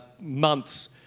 months